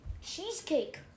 cheesecake